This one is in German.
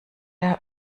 der